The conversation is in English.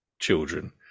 children